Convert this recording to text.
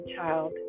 child